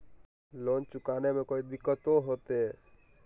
Loan चुकाने में कोई दिक्कतों होते?